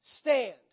Stand